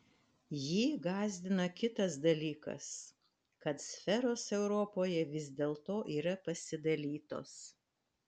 jį gąsdina kitas dalykas kad sferos europoje vis dėlto yra pasidalytos